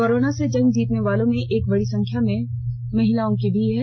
corona से जंग जीतने वालों में एक बडी संख्या महिलाओं की भी है